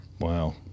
Wow